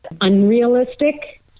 Unrealistic